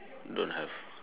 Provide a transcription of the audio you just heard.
don't have